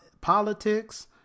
politics